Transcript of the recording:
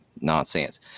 Nonsense